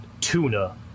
Tuna